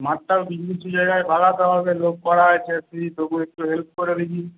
মাঠটার কিছু কিছু জায়গায় বাড়াতে হবে লোক করা আছে তুই তবু একটু হেল্প করে দিবি